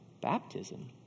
baptism